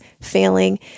failing